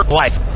life